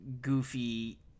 goofy